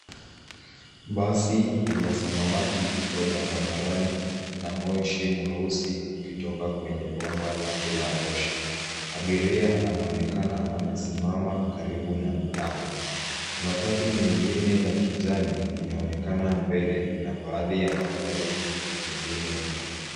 Basi ya samawati iko barabarani na moshi mweusi, ukitoka kwenye bomba lake la moshi. Abiria anaonekana amesimama karibu na mlango. Matatu nyingine ya kijani inaonekana mbele na baadhi ya magari mengine nyuma.